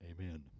amen